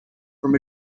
from